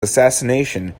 assassination